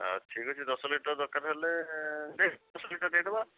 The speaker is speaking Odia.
ଠିକ୍ ଅଛି ଦଶ ଲିଟର୍ ଦରକାର୍ ହେଲେ ଦେଇ ଦଶ ଲିଟର୍ ଦେଇଦେବା